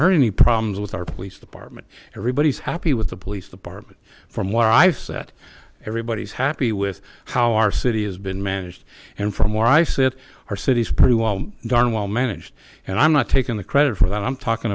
heard any problems with our police department everybody's happy with the police department from where i've sat everybody is happy with how our city has been managed and from where i sit our city's pretty darn well managed and i'm not taking the credit for that i'm talking